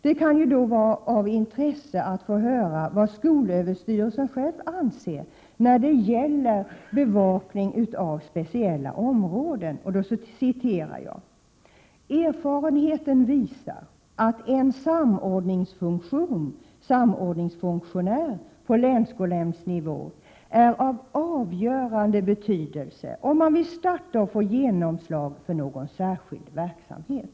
Det kan vara av intresse att få höra vad skolöverstyrelsen tycker när det 1 gäller att utse någon ansvarig för bevakning av speciella områden. SÖ anför följande: ”Erfarenheten visar att en samordningsfunktionär på länsskolnämndsnivå är av avgörande betydelse om man vill starta och få genomslag för någon särskilt verksamhet.”